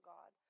God